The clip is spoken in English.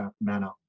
manner